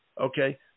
okay